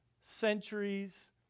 centuries